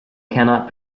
cannot